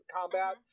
combat